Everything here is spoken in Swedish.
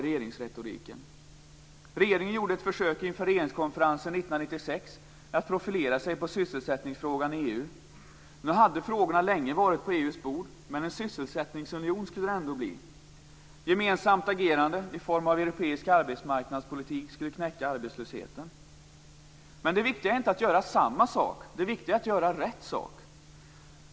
Regeringen gjorde ett försök inför regeringskonferensen 1996 med att profilera sig på sysselsättningsfrågan i EU. Nu hade frågorna länge varit på EU:s bord, men en sysselsättningsunion skulle det ändå bli. Gemensamt agerande i form av en europeisk arbetsmarknadspolitik skulle knäcka arbetslösheten. Men det viktiga är inte att göra samma sak. Det viktiga är att göra rätt sak.